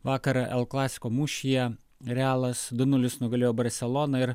vakar l klasiko mūšyje realas du nulis nugalėjo barseloną ir